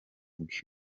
bwe